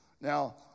Now